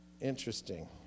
Interesting